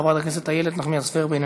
חברת הכנסת איילת נחמיאס ורבין,